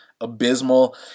abysmal